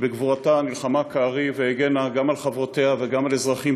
שבגבורתה נלחמה כארי והגנה גם על חברותיה וגם על אזרחים,